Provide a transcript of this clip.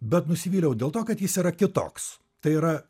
bet nusivyliau dėl to kad jis yra kitoks tai yra